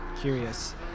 curious